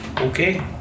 okay